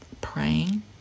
praying